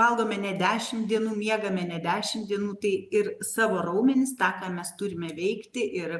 valgome ne dešimt dienų miegame ne dešimt dienų tai ir savo raumenis tą ką mes turime veikti ir